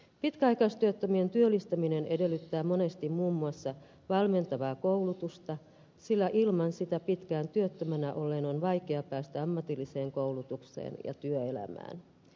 pitkäaikaistyöttömien työllistäminen edellyttää monesti muun muassa valmentavaa koulutusta sillä ilman sitä pitkään työttömänä olleen on vaikea päästä ammatilliseen koulutukseen ja työelämään